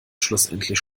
schlussendlich